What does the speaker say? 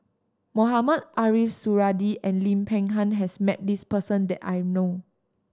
Mohamed Ariff Suradi and Lim Peng Han has met this person that I know of